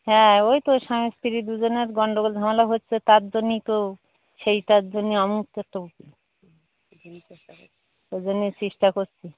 হ্যাঁ ওই তো স্বামী স্ত্রী দুজনের গন্ডগোল ঝামলা হচ্ছে তার জন্যই তো সেই তার জন্য আমিও তো একটা উকিল ওই জন্য চেষ্টা করছি